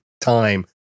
time